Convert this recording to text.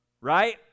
Right